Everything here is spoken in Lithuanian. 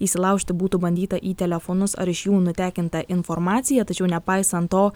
įsilaužti būtų bandyta į telefonus ar iš jų nutekinta informacija tačiau nepaisant to